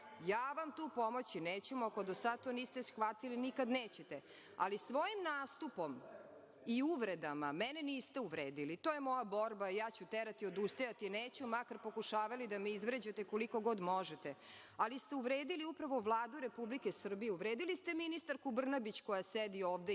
vam neću, ako do sada to niste shvatili, nikada nećete. Svojim nastupom i uvredama mene niste uvredili, to je moja borba i ja ću terati, odustajati neću, makar pokušavali da me izvređate koliko god možete, ali ste uvredili upravo Vladu Republike Srbije, uvredili ste ministarku Brnabić, koja sedi ovde.(Vladimir